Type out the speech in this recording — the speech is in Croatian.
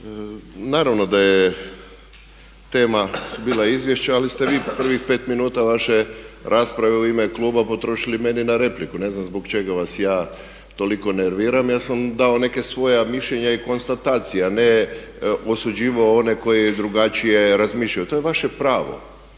naravno da je tema bila izvješće ali ste vi prvih pet minuta vaše rasprave u ime kluba potrošili meni na repliku, ne znam zbog čega vas ja toliko nerviram, ja sam dao neka svoja mišljenja i konstatacije a ne osuđivao one koji drugačije razmišljaju. To je vaše pravo.